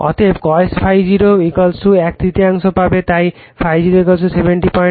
অতএব cos ∅0 এক তৃতীয়াংশ পাবে তাই ∅0 705 o